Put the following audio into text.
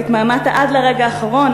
והתמהמהת עד לרגע האחרון,